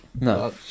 no